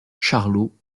charlot